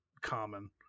common